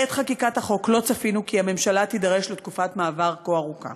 בעת חקיקת החוק לא צפינו כי הממשלה תידרש לתקופת מעבר כה ארוכה